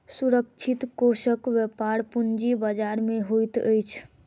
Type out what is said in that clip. सुरक्षित कोषक व्यापार पूंजी बजार में होइत अछि